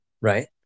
right